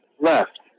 Left